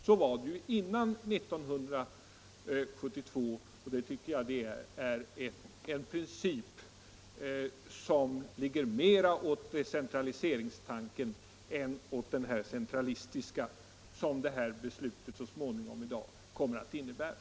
Så var ju fallet före 1972, vilket principiellt ligger mera i linje med decentraliseringstanken än med den centralistiska inriktning som det beslut vi så småningom i dag skall fatta kommer att medföra.